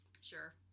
Sure